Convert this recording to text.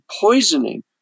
poisoning